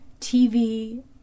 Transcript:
tv